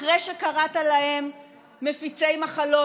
אחרי שקראת להם מפיצי מחלות,